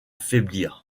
faiblir